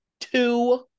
Two